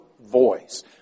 voice